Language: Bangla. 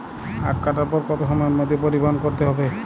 আখ কাটার পর কত সময়ের মধ্যে পরিবহন করতে হবে?